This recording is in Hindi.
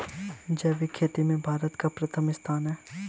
जैविक खेती में भारत का प्रथम स्थान है